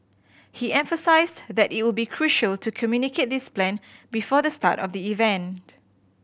he emphasised that it would be crucial to communicate this plan before the start of the event